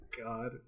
god